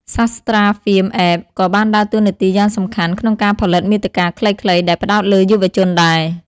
Sastra Film App ក៏បានដើរតួនាទីយ៉ាងសំខាន់ក្នុងការផលិតមាតិកាខ្លីៗដែលផ្តោតលើយុវជនដែរ។